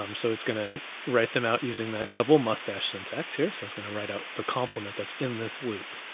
um so it's gonna write them out using that double mustache syntax here. so it's gonna write out the compliment that's in this loop.